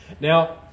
Now